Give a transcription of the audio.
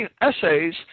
essays